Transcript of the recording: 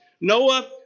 Noah